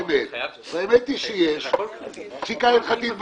האמת היא שיש פסקה הלכתית בעניין.